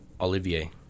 Olivier